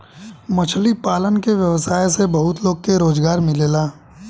मछली पालन के व्यवसाय से बहुत लोग के रोजगार मिलेला